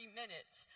minutes